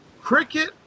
Cricket